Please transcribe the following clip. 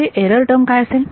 इथे error term काय आहे